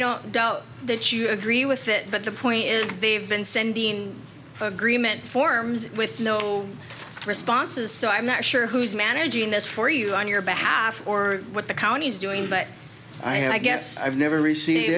don't doubt that you agree with it but the point is they've been sending agreement forms with no responses so i'm not sure who's managing this for you on your behalf or what the county is doing but i guess i've never received